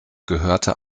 gehörte